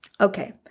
Okay